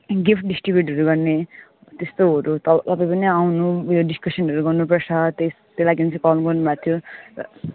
gift डिस्ट्रिब्युटहरू गर्ने त्यस्तोहरू त तपाईँ पनि आउनु उयो डिस्कसनहरू गर्नुपर्छ त्यस त्यही लागि चाहिँ कल गर्नुभएको थियो